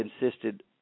insisted